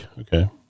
Okay